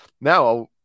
Now